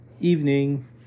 evening